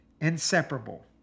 Inseparable